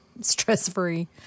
stress-free